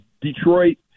Detroit